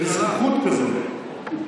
בזחיחות כזאת,